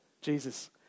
Jesus